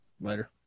Later